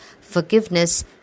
forgiveness